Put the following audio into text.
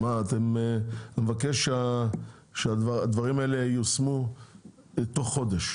אני מבקש שהדברים האלה יושמו תוך חודש,